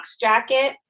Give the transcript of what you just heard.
jacket